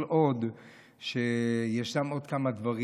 כל עוד ישנם עוד כמה דברים.